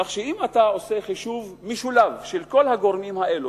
כך שאם אתה עושה חישוב משולב של כל הגורמים האלה,